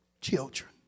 Children